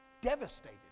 devastated